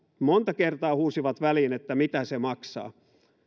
monta kertaa huusivat väliin että mitä se maksaa